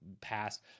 past